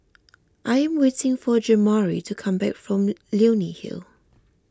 I am waiting for Jamari to come back from Leonie Hill